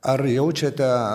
ar jaučiate